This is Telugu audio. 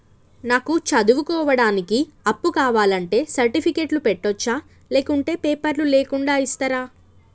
నాకు చదువుకోవడానికి అప్పు కావాలంటే సర్టిఫికెట్లు పెట్టొచ్చా లేకుంటే పేపర్లు లేకుండా ఇస్తరా?